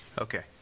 okay